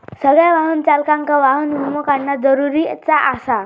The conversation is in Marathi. सगळ्या वाहन चालकांका वाहन विमो काढणा जरुरीचा आसा